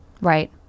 right